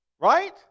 Right